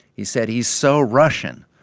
he said, he's so russian.